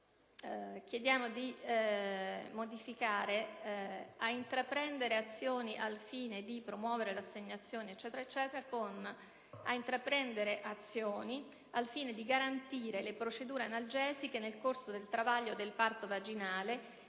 le parole: «ad intraprendere azioni al fine di promuovere l'assegnazione» con le seguenti: «ad intraprendere azioni al fine di garantire le procedure analgesiche nel corso del travaglio del parto vaginale